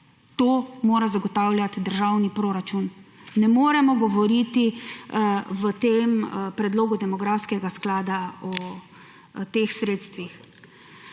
to mora zagotavljati državni proračun, ne moremo govoriti v tem predlogu demografskega sklada o teh sredstvih.